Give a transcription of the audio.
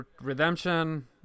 Redemption